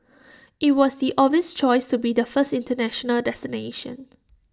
IT was the obvious choice to be the first International destination